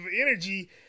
energy